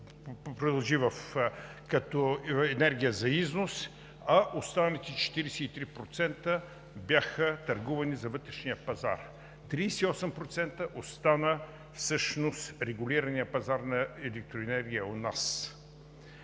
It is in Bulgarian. продължи като енергия за износ, а останалите 43% бяха търгувани за вътрешния пазар. 38% остана регулираният пазар на електроенергия у нас.